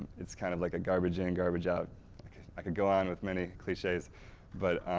it's kind of like garbage in, garbage out i could go on with many cliche's but,